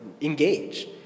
engage